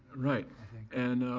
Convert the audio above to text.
right and,